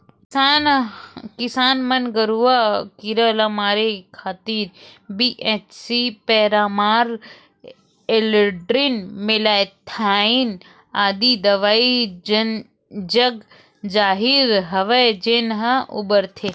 किसान मन गरूआ कीरा ल मारे खातिर बी.एच.सी.ए पैरामार, एल्ड्रीन, मेलाथियान आदि दवई जगजाहिर हवय जेन ल बउरथे